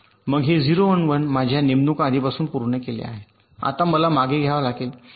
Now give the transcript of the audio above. मग हे ० १ १ माझ्या नेमणुका आधीपासून पूर्ण केल्या आहेत आता मला मागे घ्यावे लागेल